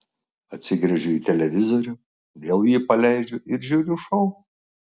atsigręžiu į televizorių vėl jį paleidžiu ir žiūriu šou